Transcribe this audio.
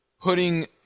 putting